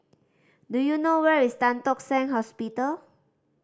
do you know where is Tan Tock Seng Hospital